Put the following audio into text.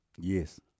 Yes